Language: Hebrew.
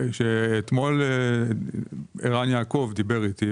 אתמול ערן יעקב דיבר איתי,